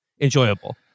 enjoyable